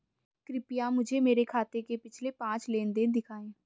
कृपया मुझे मेरे खाते से पिछले पांच लेनदेन दिखाएं